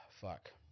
Fuck